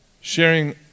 sharing